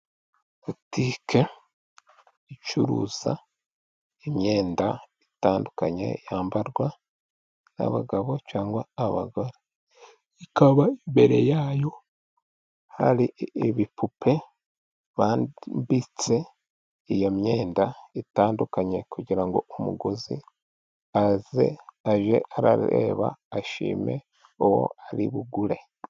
Butike icuruza imyenda itandukanye yambarwa n'abagabo cyangwa abagore. Ikaba imbere yayo hari ibipupe bambitse iyo myenda itandukanye, kugira ngo umuguzi aze ajye arareba ashime uwo ari bugure.